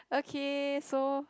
okay so